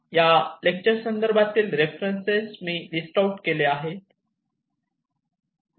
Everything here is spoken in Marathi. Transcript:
या लेक्चर संदर्भातील रेफरन्सेस लिस्ट आऊट केले आहेत